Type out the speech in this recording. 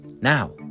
Now